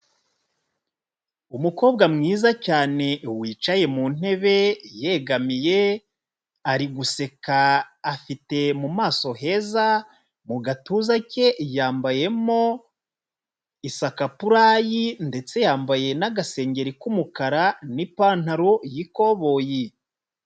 Umukobwa mwiza cyane wicaye mu ntebe yegamiye ari guseka afite mu maso heza, mu gatuza ke yambayemo isakapurayi ndetse yambaye n'agasengeri k'umukara n'ipantaro y'ikoboyi.